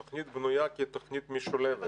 התוכנית בנויה כתוכנית משולבת.